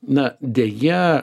na deja